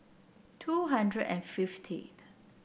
two hundred and fiftieth